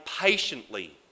patiently